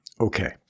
Okay